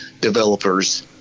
developers